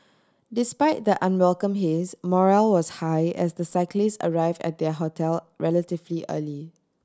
despite the unwelcome haze morale was high as the cyclists arrived at their hotel relatively early